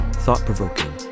thought-provoking